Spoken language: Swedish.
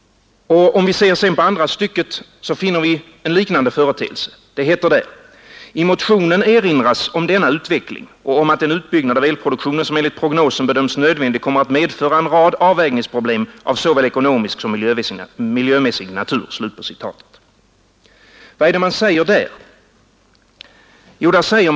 Om vi ser på andra stycket finner vi en liknande företeelse. Det heter där: ”I motionen erinras om denna utveckling och om att den utbyggnad av elproduktionen som enligt prognosen bedöms nödvändig kommer att medföra en rad avvägningsproblem av såväl ekonomisk som miljömässig natur.” Vad säger man där?